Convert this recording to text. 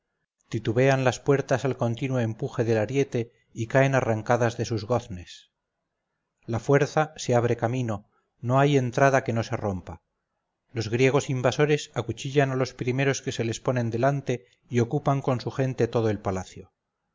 el paso titubean las puertas al continuo empuje del ariete y caen arrancadas de sus goznes la fuerza se abre camino no hay entrada que no se rompa los griegos invasores acuchillan a los primeros que se les ponen delante y ocupan con su gente todo el palacio